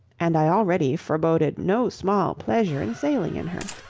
and i already foreboded no small pleasure in sailing in her.